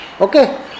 Okay